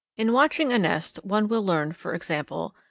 in watching a nest one will learn, for example,